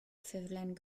ffurflen